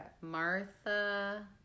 Martha